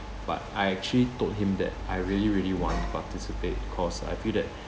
but I actually told him that I really really want to participate cause I feel that